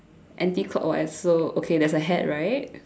anti clockwise so okay there's a hat right